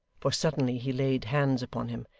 for suddenly he laid hands upon him,